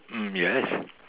mm yes